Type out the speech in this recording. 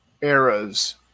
eras